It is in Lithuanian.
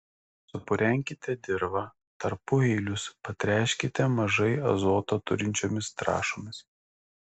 supurenkite dirvą tarpueilius patręškite mažai azoto turinčiomis trąšomis